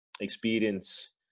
experience